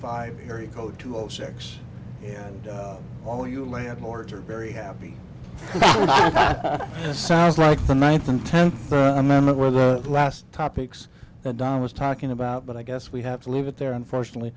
five harry code two zero six and all you landlords are very happy sounds like the ninth and tenth amendment were the last topics the da was talking about but i guess we have to leave it there unfortunately